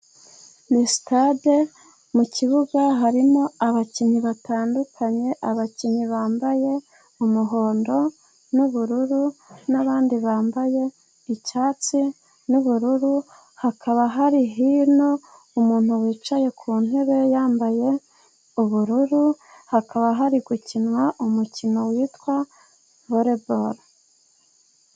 Ni stade mu kibuga harimo abakinnyi batandukanye, abakinnyi bambaye umuhondo n'ubururu, n'abandi bambaye icyatsi n'ubururu, hakaba hari hino umuntu wicaye ku ntebe yambaye ubururu, hakaba hari gukinwa umukino witwa vore boro.